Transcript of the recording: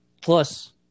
Plus